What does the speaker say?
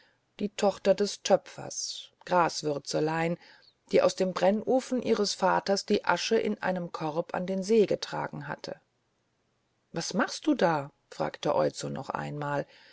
die tochter des töpfers graswürzelein die aus dem brennofen ihres vaters die asche in einem korb an den see getragen hatte was machst du da fragte oizo noch einmal